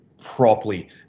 properly